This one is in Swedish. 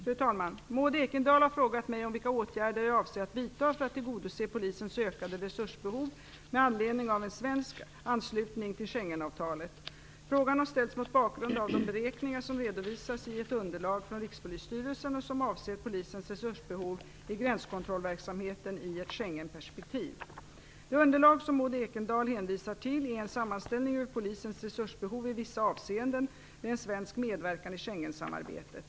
Fru talman! Maud Ekendahl har frågat mig vilka åtgärder jag avser att vidta för att tillgodose Polisens ökade resursbehov med anledning av en svensk anslutning till Schengenavtalet. Frågan har ställts mot bakgrund av de beräkningar som redovisas i ett underlag från Rikspolisstyrelsen och som avser Polisens resursbehov i gränskontrollverksamheten i ett Det underlag som Maud Ekendahl hänvisar till är en sammanställning över Polisens resursbehov i vissa avseenden vid en svensk medverkan i Schengensamarbetet.